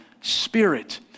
spirit